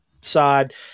side